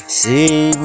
see